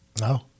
no